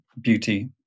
beauty